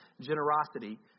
generosity